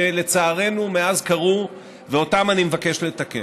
שלצערנו מאז קרו ואותם אני מבקש לתקן.